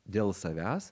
dėl savęs